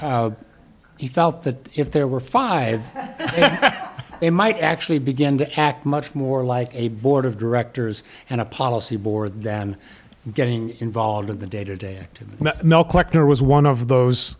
he felt that if there were five they might actually begin to act much more like a board of directors and a policy board than getting involved in the day to day activities collector was one of those